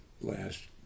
last